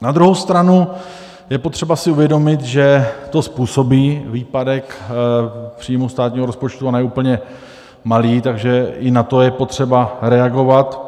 Na druhou stranu je potřeba si uvědomit, že to způsobí výpadek příjmů státního rozpočtu, a ne úplně malý, takže i na to je potřeba reagovat.